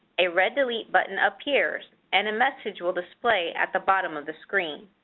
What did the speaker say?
a red delete button appears and a message will display at the bottom of the screen.